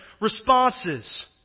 responses